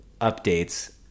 updates